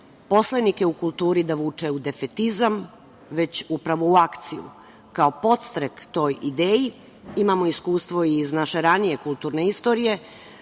poslanike u kulturi da vuče u defetizam, već upravo u akciju. Kao podstrek toj ideji, imamo iskustvo iz naše ranije kulturne istorije,